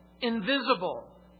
invisible